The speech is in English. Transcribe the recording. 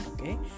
Okay